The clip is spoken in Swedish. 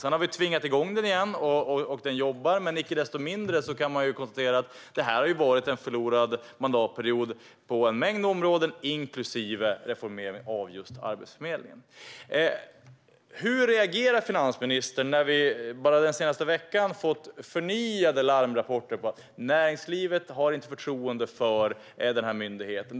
Sedan har vi tvingat igång den igen, och den jobbar, men icke desto mindre kan man konstatera att det här har varit en förlorad mandatperiod på en mängd områden, inklusive just reformering av Arbetsförmedlingen. Den senaste veckan har vi fått förnyade larmrapporter om att näringslivet inte har förtroende för den här myndigheten. Hur reagerar finansministern på detta?